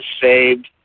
saved